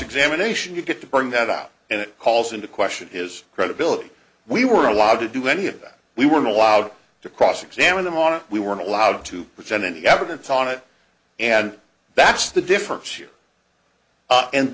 examination you get to bring that out and it calls into question his credibility we were allowed to do any of that we weren't allowed to cross examine him on it we weren't allowed to present any evidence on it and that's the difference